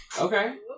Okay